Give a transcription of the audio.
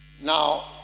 Now